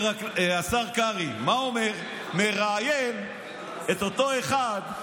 השר קרעי, מראיין את אותו אחד,